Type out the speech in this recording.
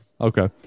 Okay